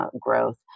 growth